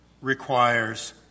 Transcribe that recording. requires